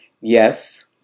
Yes